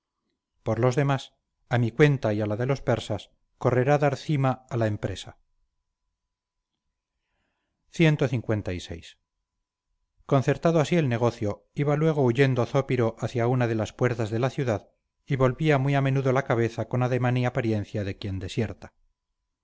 por los demás a mi cuenta y a la de los persas correrá dar cima a la empresa clvi concertado así el negocio iba luego huyendo zópiro hacia una de las puertas de la ciudad y volvía muy a menudo la cabeza con ademán y apariencia de quien desierta